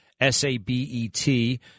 S-A-B-E-T